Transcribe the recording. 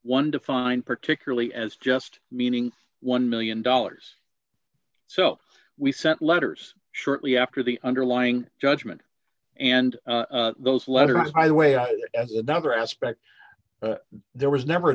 one defined particularly as just meaning one million dollars so we sent letters shortly after the underlying judgment and those letters hiway out as another aspect there was never a